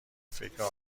فکرم